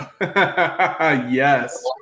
Yes